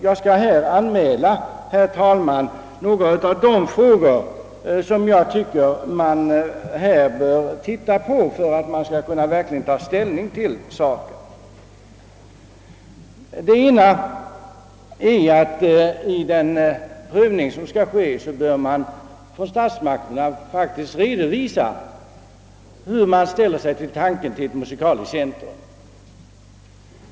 — Jag vill, herr talman, anmäla några av de frågor som jag tycker man bör se på för att verkligen kunna ta ställning härvidlag. Först och främst bör man vid den prövning, som statsmakterna skall göra, faktiskt redovisa hur man ställer sig till tanken på ett musikaliskt centrum.